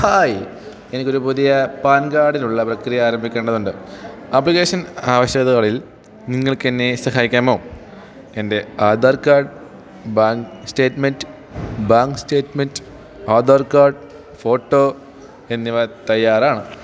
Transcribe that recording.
hi എനിക്ക് ഒരു പുതിയ പാൻ കാർഡിനുള്ള പ്രക്രിയ ആരംഭിക്കേണ്ടതുണ്ട് ആപ്ലിക്കേഷൻ ആവശ്യകതകളിൽ നിങ്ങൾക്ക് എന്നെ സഹായിക്കാമോ എൻ്റെ Aadhaar card bank statement bank statement Aadhaar card photo എന്നിവ തയ്യാറാണ്